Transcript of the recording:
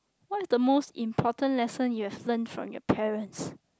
what is the most important lesson you have learnt from your parents